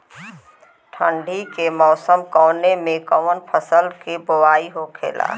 ठंडी के मौसम कवने मेंकवन फसल के बोवाई होखेला?